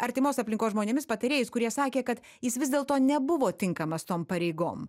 artimos aplinkos žmonėmis patarėjais kurie sakė kad jis vis dėlto nebuvo tinkamas tom pareigom